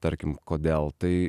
tarkim kodėl tai